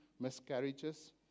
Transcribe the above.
miscarriages